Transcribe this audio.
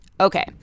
Okay